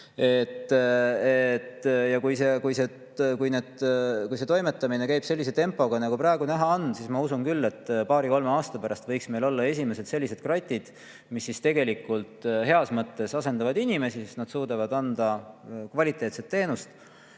Ja kui see toimetamine käib sellise tempoga, nagu praegu näha on, siis ma usun küll, et paari-kolme aasta pärast võiksid meil olla esimesed kratid, mis heas mõttes asendavad inimesi, sest nad suudavad [pakkuda] kvaliteetset teenust.